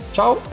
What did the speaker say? Ciao